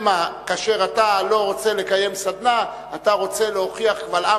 שמא כאשר אתה לא רוצה לקיים סדנה אתה רוצה להוכיח קבל עם